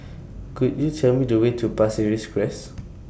Could YOU Tell Me The Way to Pasir Ris Crest